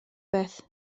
beth